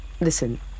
Listen